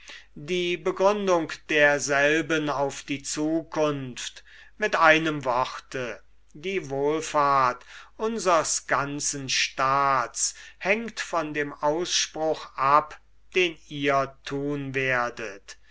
die begründung derselben auf die zukunft mit einem worte die wohlfahrt unsers ganzen staats hängt von dem ausspruch ab den ihr tun werdet